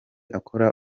akora